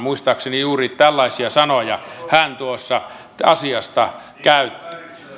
muistaakseni juuri tällaisia sanoja hän asiasta käytti